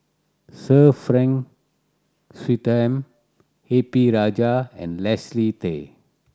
Sir Frank Swettenham A P Rajah and Leslie Tay